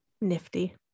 Nifty